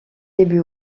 début